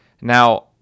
Now